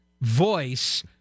voice